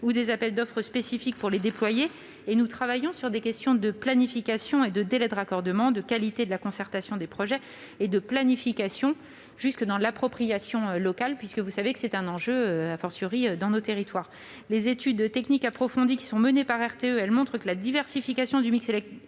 et des appels d'offres spécifiques pour les déployer ; et nous travaillons sur des questions de planification et de délais de raccordement, de qualité de la concertation des projets et de planification jusque dans l'appropriation locale, qui constitue un enjeu fort dansnos territoires. Les études techniques approfondies qui sont menées par RTE montrent que la diversification du mix électrique